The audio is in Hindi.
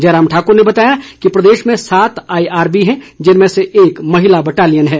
जयराम ठाक्र ने बताया कि प्रदेश में सात आईआरबी हैं जिनमें से एक महिला बटालियन है